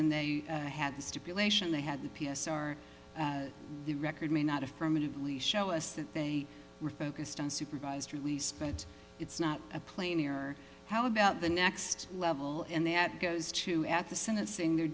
and they had the stipulation they had the p s r the record may not affirmatively show us that they were focused on supervised release but it's not a plane or how about the next level and that goes to at the sentencing there